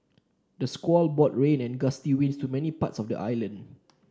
the squall brought rain and gusty winds to many parts of the island